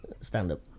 stand-up